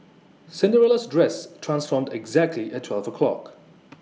Cinderella's dress transformed exactly at twelve o'clock